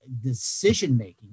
decision-making